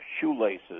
shoelaces